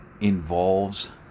involves